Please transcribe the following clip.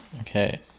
Okay